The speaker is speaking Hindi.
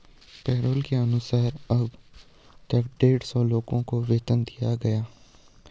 पैरोल के अनुसार अब तक डेढ़ सौ लोगों को वेतन दिया गया है